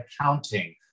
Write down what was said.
accounting